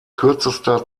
kürzester